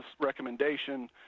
recommendation